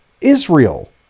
Israel